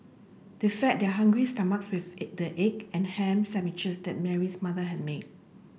they fed their hungry stomachs with the egg and ham sandwiches that Mary's mother had made